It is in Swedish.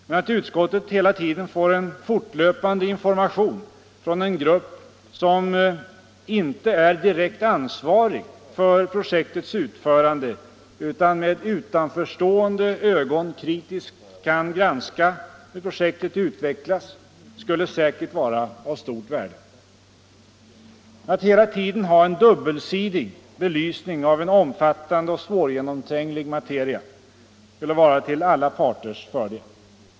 Men att utskottet hela tiden får en fortlöpande information från en grupp som inte är direkt ansvarig för projektets utförande utan som med utanförståendes ögon kritiskt kan granska hur projektet utvecklas skulle säkert vara av stort värde. Att hela tiden ha en dubbelsidig belysning av en omfattande och svårgenomtränglig materia skulle vara till alla parters fördel.